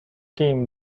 came